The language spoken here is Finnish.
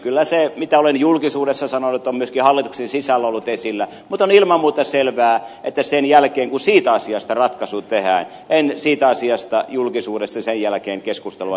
kyllä se mitä olen julkisuudessa sanonut on myöskin hallituksen sisällä ollut esillä mutta on ilman muuta selvää että sen jälkeen kun siitä asiasta ratkaisu tehdään en siitä asiasta julkisuudessa keskustelua käy